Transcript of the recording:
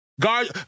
Guard